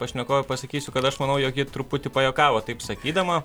pašnekovei pasakysiu kad aš manau jog ji truputį pajuokavo taip sakydama